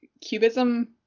cubism